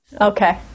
Okay